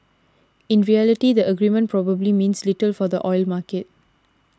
in reality the agreement probably means little for the oil market